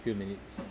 few minutes